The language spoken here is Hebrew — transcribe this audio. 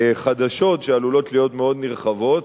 חדשות שעלולות להיות מאוד נרחבות.